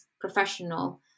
professional